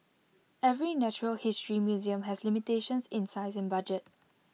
every natural history museum has limitations in size and budget